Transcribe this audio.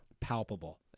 Palpable